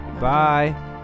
Bye